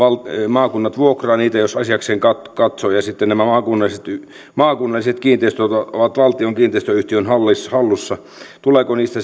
maakunnat vuokraavat niitä jos asiakseen katsovat ja sitten nämä maakunnalliset maakunnalliset kiinteistöt ovat valtion kiinteistöyhtiön hallussa tuleeko niistä